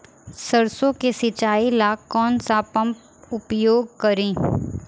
सरसो के सिंचाई ला कौन सा पंप उपयोग करी?